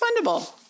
fundable